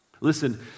Listen